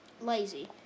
lazy